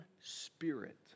spirit